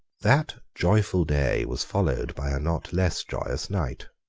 that joyful day was followed by a not less joyful night.